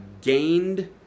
gained